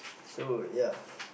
so ya